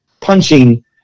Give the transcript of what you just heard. punching